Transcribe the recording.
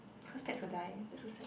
cause pets will die that's so sad